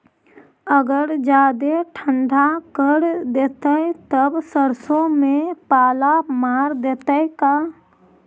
अगर जादे ठंडा कर देतै तब सरसों में पाला मार देतै का?